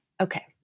Okay